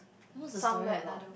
what is the story about